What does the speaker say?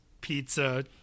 pizza